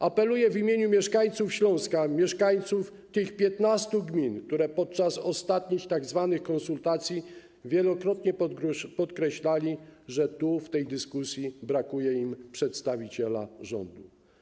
Apeluję w imieniu mieszkańców Śląska, mieszkańców tych 15 gmin, którzy podczas ostatnich tzw. konsultacji wielokrotnie podkreślali, że w tej dyskusji brakuje im przedstawiciela rządu.